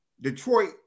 Detroit